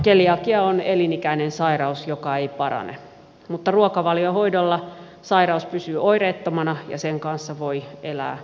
keliakia on elinikäinen sairaus joka ei parane mutta ruokavaliohoidolla sairaus pysyy oireettomana ja sen kanssa voi elää normaalia elämää